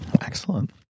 excellent